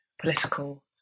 political